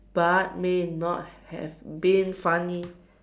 but may not have been funny